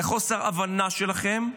על חוסר הבנה שלכם.